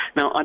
Now